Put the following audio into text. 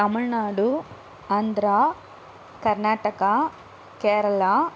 Tamil Nadu Andhra Karnataka Kerala